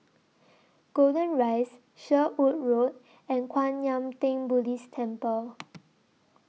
Golden Rise Sherwood Road and Kwan Yam Theng Buddhist Temple